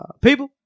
people